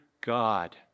God